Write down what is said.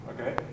Okay